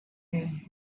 day